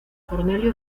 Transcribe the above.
cornelio